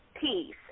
peace